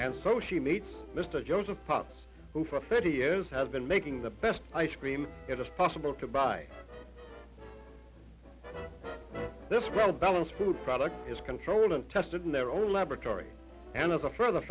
and so she meets mr jones of pops who for thirty years has been making the best ice cream it is possible to buy this well balanced food product is controlled and tested in their own laboratory and as a further